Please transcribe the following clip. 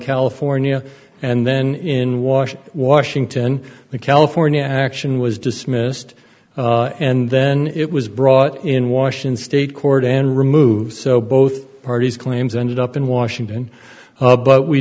california and then in washington washington the california action was dismissed and then it was brought in washington state court and removed so both parties claims ended up in washington but we